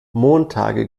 montage